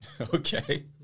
Okay